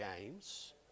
games